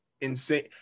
insane